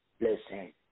listen